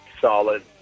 solid